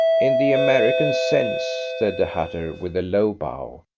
in the american sense, said the hatter with a low bow.